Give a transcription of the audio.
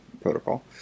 protocol